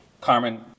Carmen